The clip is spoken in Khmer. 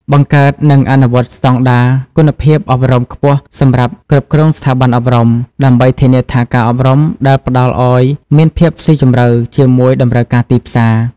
បង្កើត និងអនុវត្តស្តង់ដារគុណភាពអប់រំខ្ពស់សម្រាប់គ្រប់ស្ថាប័នអប់រំ ដើម្បីធានាថាការអប់រំដែលផ្តល់ឱ្យមានភាពស៊ីជម្រៅជាមួយតម្រូវការទីផ្សារ។